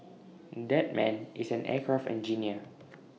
that man is an aircraft engineer